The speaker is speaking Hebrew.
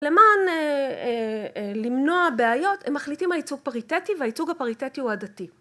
למען למנוע בעיות הם מחליטים על ייצוג פריטטי והייצוג הפריטטי הוא הדתי.